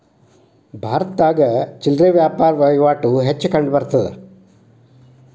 ಭಾರತದಲ್ಲಿ ಚಿಲ್ಲರೆ ವ್ಯಾಪಾರ ವಹಿವಾಟು ಹೆಚ್ಚು ಕಂಡುಬರುತ್ತದೆ